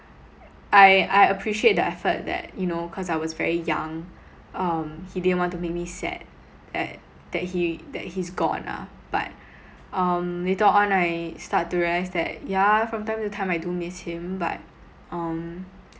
I I appreciate that effort that you know cause I was very young um he didn't want to make me sad that that he that he's gone ah but um later on I start to realise that yeah from time to time I do miss him but um